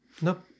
Nope